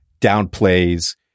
downplays